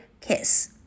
kiss